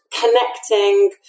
connecting